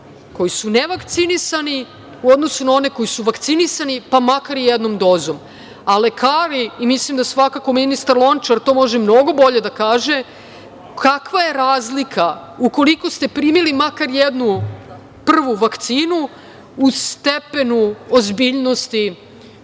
koji su ne vakcinisani u odnosu na one koji su vakcinisani, pa makar jednom dozom. Mislim da ministar Lončar to može mnogo bolje da kaže, kakva je razlika ukoliko ste primili makar jednu prvu vakcinu u stepenu ozbiljnosti